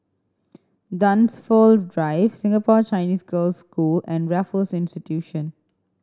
Dunsfold Drive Singapore Chinese Girls' School and Raffles Institution